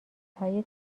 های